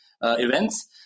events